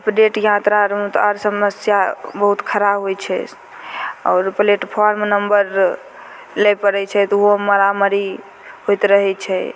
update यात्रा रहल तऽ आओर समस्या बहुत खराब होइ छै आओर प्लेटफार्म नम्बर लै पड़ै छै तऽ ओहोमे मारामारी होइत रहै छै